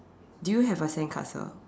do you have a sandcastle